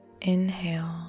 Inhale